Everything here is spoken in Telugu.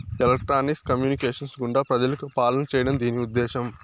ఎలక్ట్రానిక్స్ కమ్యూనికేషన్స్ గుండా ప్రజలకు పాలన చేయడం దీని ఉద్దేశం